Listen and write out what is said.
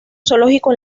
zoológico